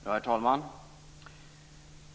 Herr talman!